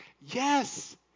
Yes